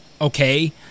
okay